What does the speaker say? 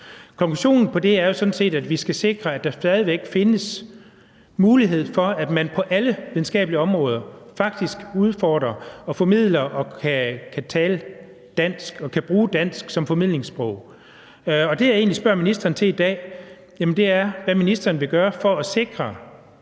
Konklusionen på det er jo sådan set, at vi skal sikre, at der stadig væk findes mulighed for, at man på alle videnskabelige områder faktisk udfordrer og formidler og kan tale dansk og kan bruge dansk som formidlingssprog. Og det, jeg egentlig spørger ministeren til i dag, er, hvad ministeren vil gøre for at sikre,